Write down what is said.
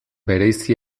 bereizi